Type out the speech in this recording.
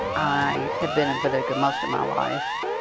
i have been in paducah most of my life